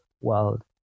world